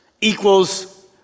equals